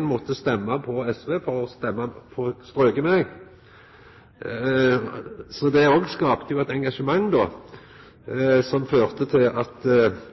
måtte stemma på SV for å få stroke meg, så det skapte eit engasjement som førte til at